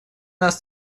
нас